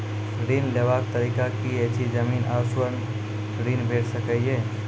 ऋण लेवाक तरीका की ऐछि? जमीन आ स्वर्ण ऋण भेट सकै ये?